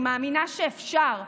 אני מאמינה שאפשר,